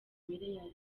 miliyari